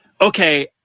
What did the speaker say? okay